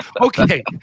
Okay